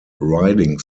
riding